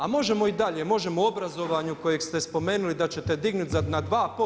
A možemo i dalje, možemo o obrazovanju kojeg ste spomenuli da ćete dignut na 2%